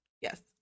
Yes